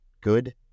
good